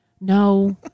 No